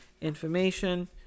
information